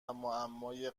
معمای